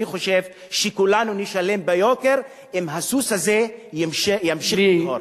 אני חושב שכולנו נשלם ביוקר אם הסוס הזה ימשיך לדהור.